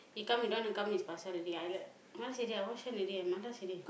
he come he don't wanna come his pasar already I like I wash hand already malas already